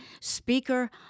Speaker